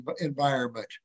environment